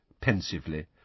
pensively